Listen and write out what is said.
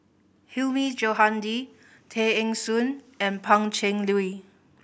Hilmi Johandi Tay Eng Soon and Pan Cheng Lui